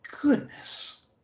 goodness